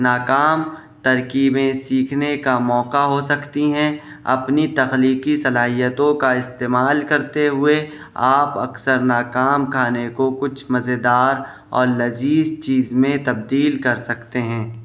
ناکام ترکیبیں سیکھنے کا موقع ہو سکتی ہیں اپنی تخلیقی صلاحیتوں کا استعمال کرتے ہوئے آپ اکثر ناکام کھانے کو کچھ مزیدار اور لذیذ چیز میں تبدیل کر سکتے ہیں